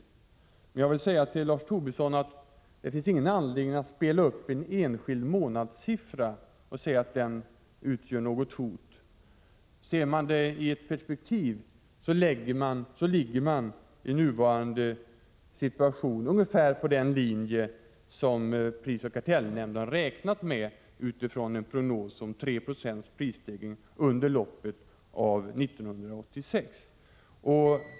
Jag vill emellertid säga till Lars Tobisson att det inte finns någon anledning att spela upp en enskild månadssiffra och säga att den utgör något hot. Sett i ett perspektiv ligger man i nuvarande situation ungefär på den linje som prisoch kartellnämnden räknat med, utifrån en prognos om 3 Yo prisstegring under loppet av 1986.